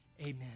Amen